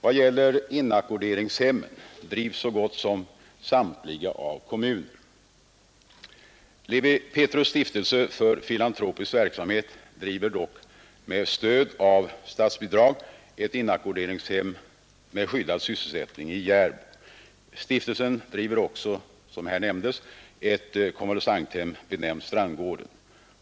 Vad gäller inackorderingshemmen drivs så gott som samtliga av kommuner. Lewi Pethrus” stiftelse för filantropisk verksamhet driver dock med stöd av statsbidrag ett inackorderingshem med skyddad sysselsättning i Järbo. Stiftelsen driver också, som nämnts, ett konvalescenthem benämnt Strandgården.